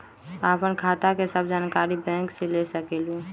आपन खाता के सब जानकारी बैंक से ले सकेलु?